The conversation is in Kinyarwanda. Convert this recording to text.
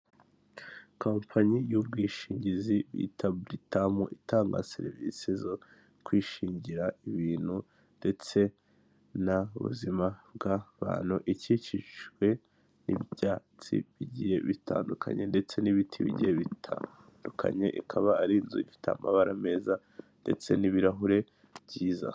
Kompanyi y'ubwishingizi bita buritamu itanga serivisi zo kwishingira ibintu ndetse n'ubuzima bw'abantu ikikijwe n'ibyatsi by'giye bitandukanye ndetse n'ibiti bigiye bitandukanye ikaba ari inzu ifite amabara meza ndetse n'ibirahure byiza.